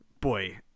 boy